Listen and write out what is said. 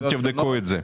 תבדקו את זה.